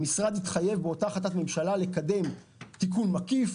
המשרד התחייב באותה החלטת ממשלה לקדם תיקון מקיף,